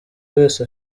wese